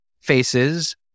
faces